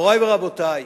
מורי ורבותי,